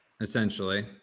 essentially